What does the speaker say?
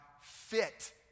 fit